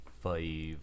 Five